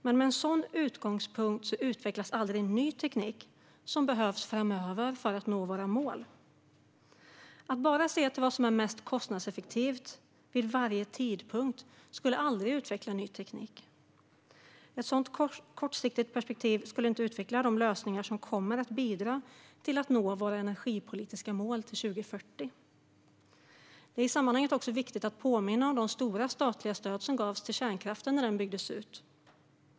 Men med en sådan utgångspunkt utvecklas aldrig den nya teknik som behövs framöver för att nå våra mål. Om man bara ser till vad som är mest kostnadseffektivt vid varje tidpunkt skulle ny teknik aldrig utvecklas. Ett sådant kortsiktigt perspektiv skulle inte utveckla de lösningar som kommer att bidra till att vi når våra energipolitiska mål till 2040. Det är i sammanhanget viktigt att påminna om de stora statliga stöd som gavs till kärnkraften när den byggdes ut.